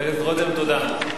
רותם, תודה.